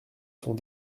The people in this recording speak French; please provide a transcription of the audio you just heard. sont